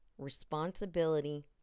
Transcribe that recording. Responsibility